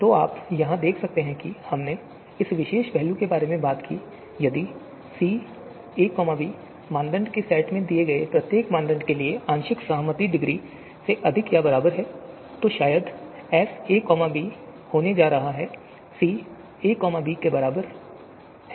तो आप यहां देख सकते हैं हमने इस विशेष पहलू के बारे में बात की है कि यदि सी ए बी मानदंड के सेट में दिए गए प्रत्येक मानदंड के लिए आंशिक सहमति डिग्री से अधिक या बराबर है तो शायद एस ए बी जा रहा है सी ए बी के बराबर हो